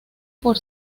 por